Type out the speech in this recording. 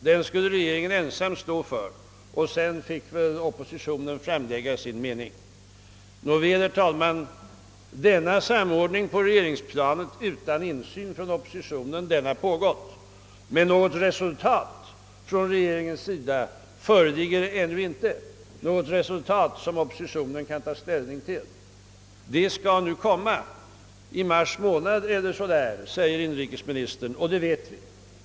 Den skulle regeringen ensam stå för och sedan fick oppositionen framföra sin mening. Nåväl, herr talman, denna samordning på regeringsplanet utan insyn från oppositionen har pågått, men något resultat som oppositionen kan ta ställning till föreligger ännu inte. Ett förslag skall framläggas i mars månad, säger inrikesministern.